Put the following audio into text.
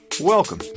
Welcome